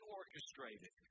orchestrated